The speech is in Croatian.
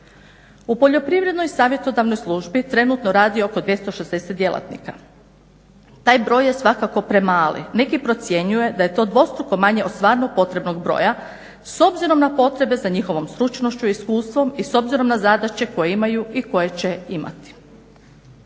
U poljoprivrednoj savjetodavnoj službi trenutno radi oko 260 djelatnika. Taj broj je svakako premali. Neki procjenjuje da je to dvostruko manje od stvarno potrebnog broja s obzirom na potrebe za njihovom stručnošću i iskustvom i s obzirom na zadaće koje imaju i koje će imati.